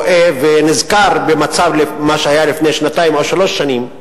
רואה ונזכר במצב שהיה לפני שנתיים או שלוש שנים.